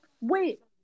Wait